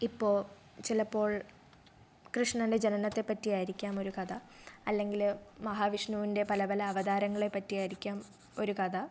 ഇപ്പോൾ ചിലപ്പോൾ കൃഷ്ണൻ്റെ ജനനത്തെപ്പറ്റി ആയിരിക്കാം ഒരു കഥ അല്ലെങ്കിൽ മഹാവിഷ്ണുവിൻ്റെ പല പല അവതാരങ്ങളെ പറ്റി ആയിരിക്കാം ഒരു കഥ